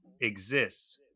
exists